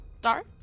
Dar